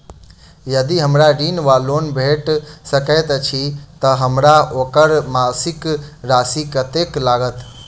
यदि हमरा ऋण वा लोन भेट सकैत अछि तऽ हमरा ओकर मासिक राशि कत्तेक लागत?